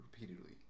repeatedly